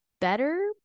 better